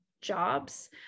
jobs